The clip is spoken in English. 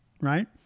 right